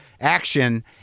action